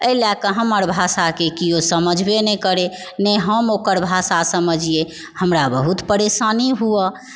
एहि लयके हमर भाषाकेँ केओ समझबे नहि करय नहि हम ओकर भाषा समझिए हमरा बहुत परेशानी हुअ